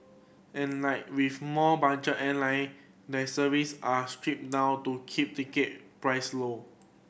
and like with more budget airline their service are stripped down to keep ticket price low